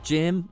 Jim